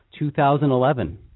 2011